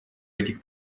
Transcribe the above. этих